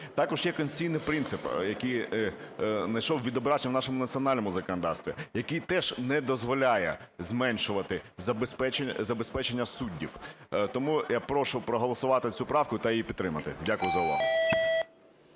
Також є конституційний принцип, який знайшов відображення у нашому національному законодавстві, який теж не дозволяє зменшувати забезпечення суддів. Тому я прошу проголосувати цю правку та її підтримати. Дякую за увагу.